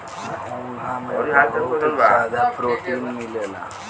घोंघा में बहुत ज्यादा प्रोटीन मिलेला